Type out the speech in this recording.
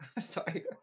Sorry